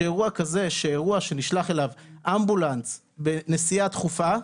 שאירוע כזה שנשלח אליו אמבולנס בנסיעה דחופה,